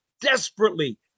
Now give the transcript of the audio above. desperately